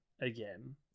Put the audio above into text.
again